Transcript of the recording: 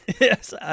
Yes